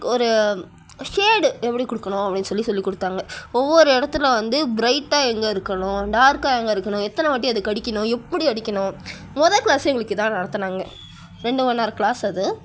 ஒரு ஷேடு எப்படி கொடுக்குணும் அப்படின் சொல்லி சொல்லிக் கொடுத்தாங்க ஒவ்வொரு இடத்துல வந்து ப்ரைட்டாக எங்கே இருக்கணும் டார்க்காக எங்கே இருக்கணும் எத்தனை வாட்டி அதுக்கு அடிக்கணும் எப்படி அடிக்கணும் மொதல் க்ளாஸே எங்களுக்கு இதுதான் நடத்தினாங்க ரெண்டு மணி நேரம் க்ளாஸ் அது